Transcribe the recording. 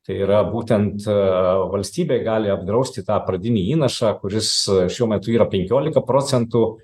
tai yra būtent valstybė gali apdrausti tą pradinį įnašą kuris šiuo metu yra penkiolika procentų